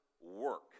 work